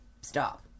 stop